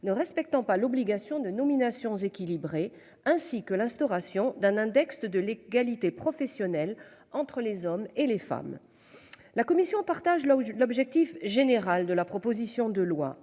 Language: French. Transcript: ne respectant pas l'obligation de nominations équilibrées, ainsi que l'instauration d'un index de l'égalité professionnelle entre les hommes et les femmes. La Commission partagent là où l'objectif général de la proposition de loi.